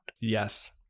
Yes